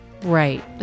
Right